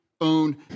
own